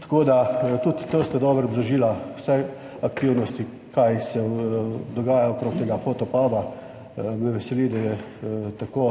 Tako da tudi to ste dobro obložila vse aktivnosti, kaj se dogaja okrog tega Fotopuba. Me veseli, da je tako